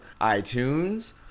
iTunes